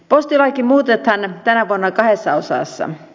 postilakia muutetaan tänä vuonna kahdessa osassa